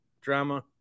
drama